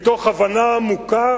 מתוך הבנה עמוקה